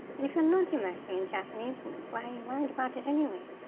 and if you're not immersing in japanese, why are you worried about it anyway?